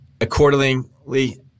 Accordingly